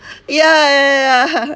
yeah yeah yeah